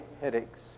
headaches